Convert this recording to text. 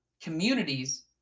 Communities